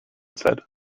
said